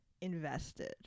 invested